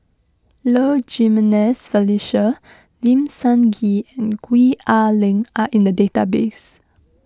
Low Jimenez Felicia Lim Sun Gee and Gwee Ah Leng are in the database